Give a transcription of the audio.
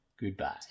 Goodbye